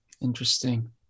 Interesting